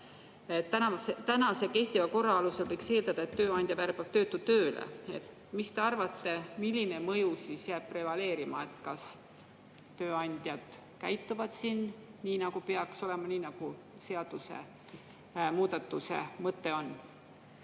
Kehtiva korra alusel võiks eeldada, et tööandja värbab töötu tööle. Mis te arvate, milline mõju jääb prevaleerima? Kas tööandjad käituvad siin nii, nagu peaks olema, nii nagu seadusemuudatuse mõte on?